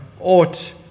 Ought